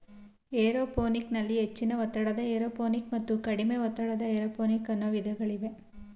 aeroponic ನಲ್ಲಿ ಹೆಚ್ಚಿನ ಒತ್ತಡದ ಏರೋಪೋನಿಕ್ ಮತ್ತು ಕಡಿಮೆ ಒತ್ತಡದ ಏರೋಪೋನಿಕ್ ಅನ್ನೂ ವಿಧಾನಗಳಿವೆ